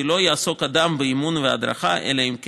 חוק הספורט קובע כי לא יעסוק אדם באימון והדרכה אלא אם כן